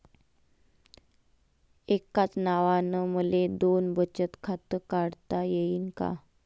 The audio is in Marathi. एकाच नावानं मले दोन बचत खातं काढता येईन का?